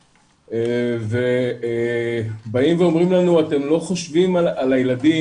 לכולם, צבאח אל-ח'יר.